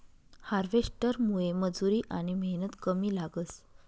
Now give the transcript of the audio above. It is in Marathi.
हार्वेस्टरमुये मजुरी आनी मेहनत कमी लागस